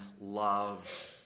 love